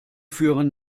führen